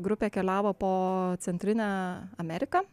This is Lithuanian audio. grupė keliavo po centrinę ameriką